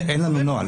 אין לנו נוהל.